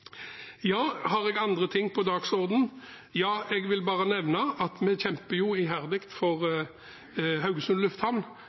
Har jeg andre ting på dagsordenen? Ja, jeg vil bare nevne at vi kjemper iherdig for